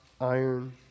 iron